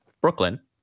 Brooklyn